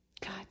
God